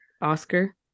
Oscar